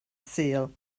sul